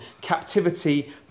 captivity